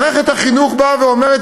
מערכת החינוך באה ואומרת,